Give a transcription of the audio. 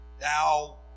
Now